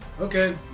okay